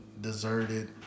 deserted